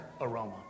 aroma